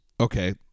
Okay